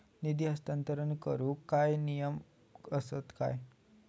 निधी हस्तांतरण करूक काय नियम असतत काय?